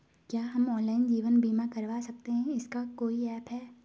क्या हम ऑनलाइन जीवन बीमा करवा सकते हैं इसका कोई ऐप है?